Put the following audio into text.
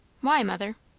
why, mother?